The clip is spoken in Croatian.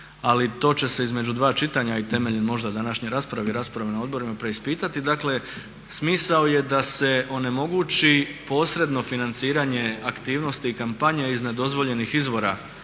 ali to će se između dva čitanja i temeljem možda današnje rasprave i rasprave na odborima preispitati. Dakle smisao je da se onemogući posredno financiranje aktivnosti i kampanje iznad dozvoljenih izvora